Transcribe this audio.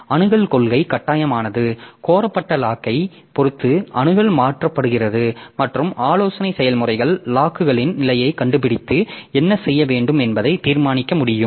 அணுகல் கொள்கை கட்டாயமானது கோரப்பட்ட லாக்களைப் பொறுத்து அணுகல் மறுக்கப்படுகிறது மற்றும் ஆலோசனை செயல்முறைகள் லாக்களின் நிலையைக் கண்டுபிடித்து என்ன செய்ய வேண்டும் என்பதை தீர்மானிக்க முடியும்